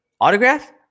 autograph